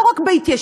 לא רק בהתיישבות,